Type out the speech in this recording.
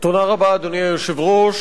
אדוני היושב-ראש,